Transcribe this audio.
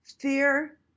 Fear